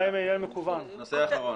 נושא אחרון.